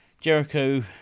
Jericho